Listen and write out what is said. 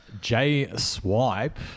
J-Swipe